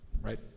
right